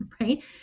right